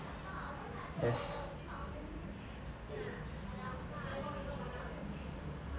yes